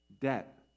debt